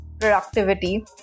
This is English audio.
productivity